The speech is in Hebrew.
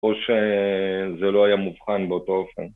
או שזה לא היה מובחן באותו אופן